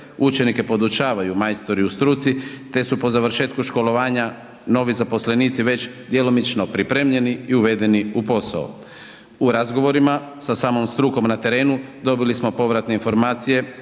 učenike podučavaju majstori u struci te su po završetku školovanju novi zaposlenici već djelomično pripremljeni i uvedeni u posao. U razgovorima sa samom strukom na terenu, dobili smo povratne informacije